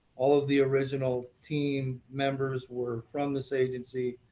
all of the original team members were from this agency.